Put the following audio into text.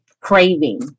craving